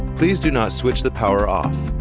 please do not switch the power off.